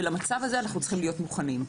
כשלמצב הזה אנחנו צריכים להיות מוכנים.